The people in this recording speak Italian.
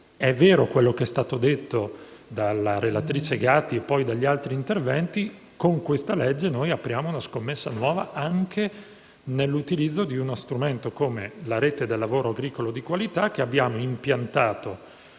è vero quello che è stato detto dalla relatrice, senatrice Gatti, e anche in altri interventi - con il provvedimento in esame apriamo una scommessa nuova anche nell'utilizzo di uno strumento, come la Rete del lavoro agricolo di qualità, che abbiamo impiantato